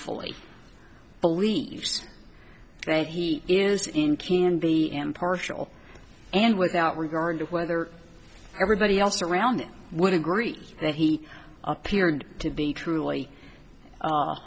truthfully believes that he is in can be an impartial and without regard to whether everybody else around it would agree that he appeared to be truly a